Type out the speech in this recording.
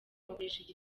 bakoresheje